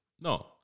No